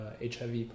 HIV